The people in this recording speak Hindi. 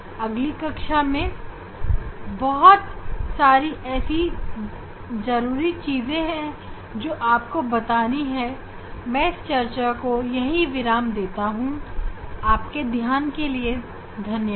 अगली कक्षा में बहुत सारी ऐसी जरूरी चीजें हैं जो आपको बतानी है लेकिन मैं इस चर्चा को यहीं विराम देता हूं आपके ध्यान के लिए धन्यवाद